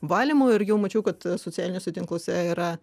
valymui ir jau mačiau kad socialiniuose tinkluose yra